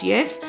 Yes